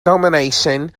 domination